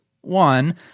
one